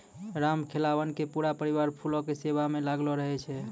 रामखेलावन के पूरा परिवार फूलो के सेवा म लागलो रहै छै